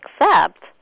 accept